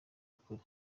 ukuri